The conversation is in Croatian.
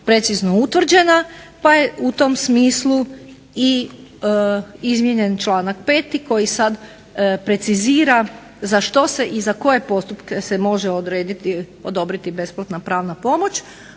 precizno utvrđena, pa je u tom smislu i izmijenjen članak 5. koji sad precizira za što se i za koje postupke se može odrediti, odobriti besplatna pravna pomoć,